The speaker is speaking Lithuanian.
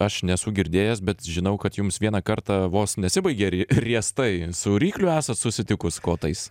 aš nesu girdėjęs bet žinau kad jums vieną kartą vos nesibaigė rie riestai su rykliu esat susitikus kotais